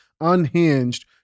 unhinged